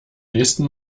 nächsen